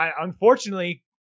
unfortunately